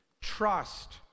trust